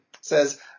says